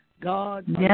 God